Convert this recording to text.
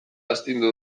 astindu